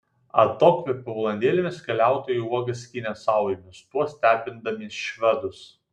atokvėpio valandėlėmis keliautojai uogas skynė saujomis tuo stebindami švedus